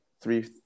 three